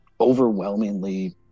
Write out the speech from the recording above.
overwhelmingly